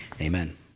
amen